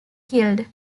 killed